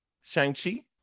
Shang-Chi